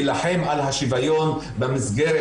מקיפה, מפורטת וממצה.